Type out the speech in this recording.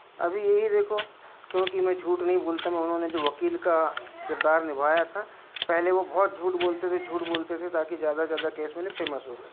अभी यही देखो क्योंकि मैं झूठ नहीं बोलता मैं उन्होंने जो वकील का किरदार निभाया था पहले वो बहुत झूठ बोलते थे झूठ बोलते थे ताकि ज़्यादा ज़्यादा कैसे मिले फेमस हो गए